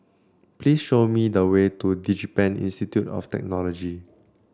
please show me the way to DigiPen Institute of Technology